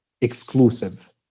exclusive